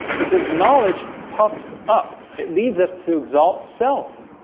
he says knowledge puffs up. it leads up to exalt itself